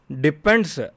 depends